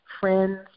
friends